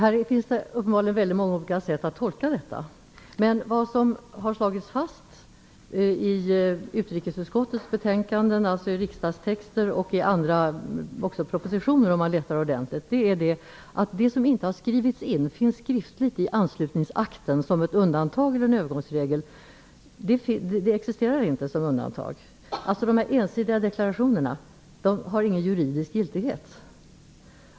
Fru talman! Det finns uppenbarligen väldigt många olika sätt att tolka detta. Men vad som har slagits fast i riksdagstexter och i propositioner är att det som inte finns inskrivet i anslutningsakten som ett undantag eller en övergångsregel existerar inte som undantag. Ensidiga deklarationer har alltså ingen juridisk giltighet.